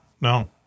no